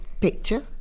picture